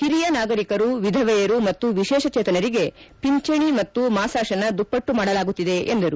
ಹಿರಿಯ ನಾಗರಿಕರು ವಿಧವೆಯರು ಮತ್ತು ವಿಶೇಷಚೇತನರಿಗೆ ಪಿಂಚಣಿ ಮತ್ತು ಮಾಸಾಶನ ದುಪ್ಪಟ್ಟು ಮಾಡಲಾಗುತ್ತಿದೆ ಎಂದರು